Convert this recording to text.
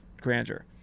grandeur